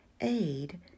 aid